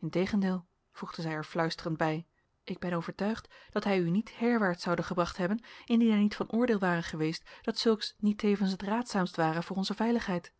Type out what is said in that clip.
integendeel voegde zij er fluisterend bij ik ben overtuigd dat hij u niet herwaarts zoude gebracht hebben indien hij niet van oordeel ware geweest dat zulks niet tevens het raadzaamst ware voor onze veiligheid